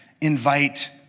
invite